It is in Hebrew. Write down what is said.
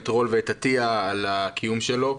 את חברי הכנסת רול ועטייה על הקיום שלו.